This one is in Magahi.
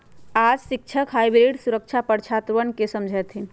आज शिक्षक हाइब्रिड सुरक्षा पर छात्रवन के समझय थिन